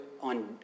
on